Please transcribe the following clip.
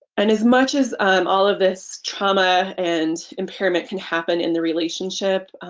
and as much as all of this trauma and impairment can happen in the relationship,